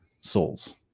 souls